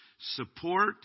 support